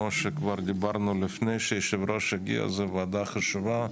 היא ועדה חשובה.